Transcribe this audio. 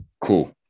cool